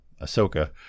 Ahsoka